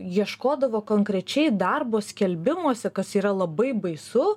ieškodavo konkrečiai darbo skelbimuose kas yra labai baisu